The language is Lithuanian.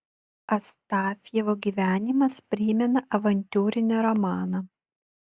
astafjevo gyvenimas primena avantiūrinį romaną